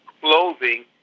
clothing